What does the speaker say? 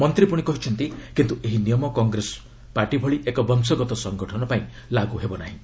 ମନ୍ତ୍ରୀ ପୁଣି କହିଛନ୍ତି କିନ୍ତୁ ଏହି ନିୟମ କଂଗ୍ରେସ ପାର୍ଟି ଭଳି ଏକ ବଂଶଗତ ସଂଗଠନ ପାଇଁ ଲାଗୁ ହେବ ନାହିଁ